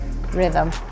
rhythm